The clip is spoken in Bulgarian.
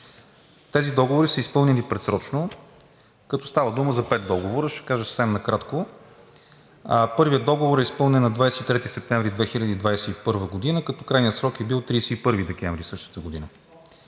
Тези договори са изпълнени предсрочно, като става дума за пет договора. Ще кажа съвсем накратко. Първият договор е изпълнен на 23 септември 2021 г., като крайният срок е бил 31 декември същата година.